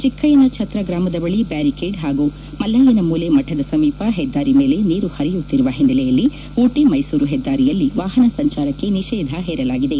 ಚೆಕ್ಕಯ್ಯನಛತ್ರ ಗ್ರಾಮದ ಬಳಿ ಬ್ಯಾರಿಕೇಡ್ ಹಾಗೂ ಮಲ್ಲಯ್ಯನಮೂಲೆ ಮಠದ ಸಮೀಪ ಹೆದ್ದಾರಿ ಮೇಲೆ ನೀರು ಹರಿಯುತ್ತಿರುವ ಹಿನ್ನೆಲೆಯಲ್ಲಿ ಉಟಿ ಮೈಸೂರು ಹೆದ್ದಾರಿಯಲ್ಲಿ ವಾಹನ ಸಂಚಾರಕ್ಕೆ ನಿಷೇಧ ಹೇರಲಾಗಿದೆ